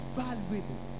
valuable